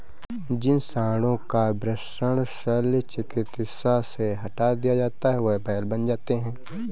जिन साँडों का वृषण शल्य चिकित्सा से हटा दिया जाता है वे बैल बन जाते हैं